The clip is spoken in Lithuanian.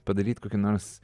padaryti kokį nors